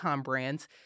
brands